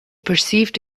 perceived